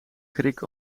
krik